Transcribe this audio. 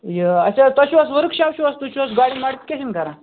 یہِ اَچھا تۄہہِ چھُو حظ ؤرک شاپ چھُو حظ تُہۍ گاڑین ماڈفِکیشن کَران